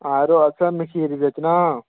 हां जरो असें मखीर बेच्चना